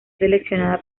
seleccionada